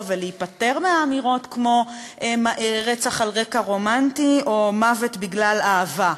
להיפטר מאמירות כמו "רצח על רקע רומנטי" או "מוות בגלל אהבה",